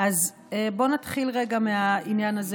בוא נתחיל מהעניין הזה